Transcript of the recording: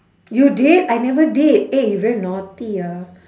you did I never did eh you very naughty ah